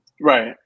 Right